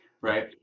right